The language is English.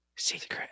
Secret